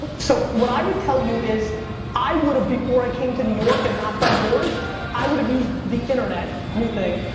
but so, what i would tell you is i would've before i came to new york and knock on doors i would've use the internet, new thing,